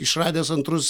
išradęs antrus